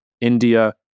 India